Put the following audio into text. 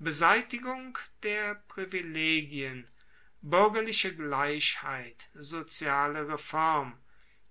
beseitigung der privilegien buergerliche gleichheit soziale reform